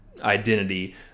identity